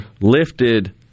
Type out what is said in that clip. lifted